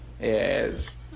Yes